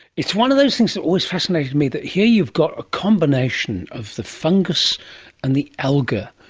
it's one of those things that always fascinated me, that here you've got a combination of the fungus and the alga,